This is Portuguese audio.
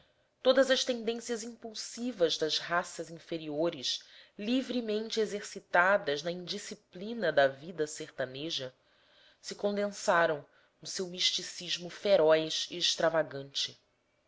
todas as tendências impulsivas das raças inferiores livremente exercitadas na indisciplina da vida sertaneja se condensavam no seu misticismo feroz e extravagante